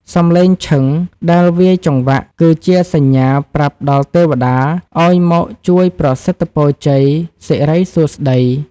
សំឡេងឈឹងដែលវាយចង្វាក់ គឺជាសញ្ញាប្រាប់ដល់ទេវតាឱ្យមកជួយប្រសិទ្ធពរជ័យសិរីសួស្ដី។